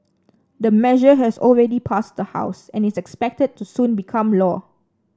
the measure has already passed the House and is expected to soon become law